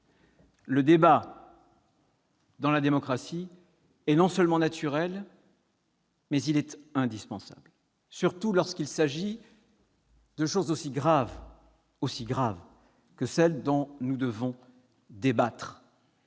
le débat dans la démocratie, est non seulement naturel mais également indispensable, surtout lorsqu'il s'agit de choses aussi graves que celles dont nous avons à débattre